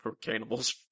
cannibals